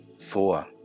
four